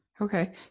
Okay